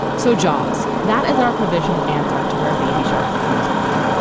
so jaws, that is our provisional answer to where baby shark comes from.